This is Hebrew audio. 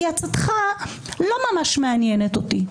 כי עצתך לא ממש מעניינת אותי.